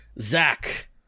Zach